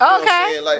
okay